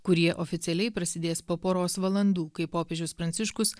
kurie oficialiai prasidės po poros valandų kai popiežius pranciškus